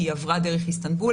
כי היא עברה דרך איסטנבול,